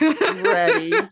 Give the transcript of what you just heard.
ready